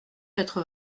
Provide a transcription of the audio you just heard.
quatre